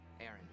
Aaron